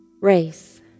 race